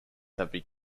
have